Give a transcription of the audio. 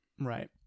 Right